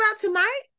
tonight